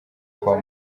kwa